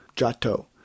Jato